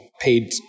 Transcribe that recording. paid